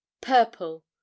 purple